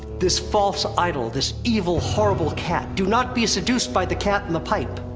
this false idol! this evil, horrible cat, do not be seduced by the cat and the pipe!